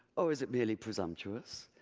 or is it merely presumptuous?